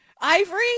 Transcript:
Ivory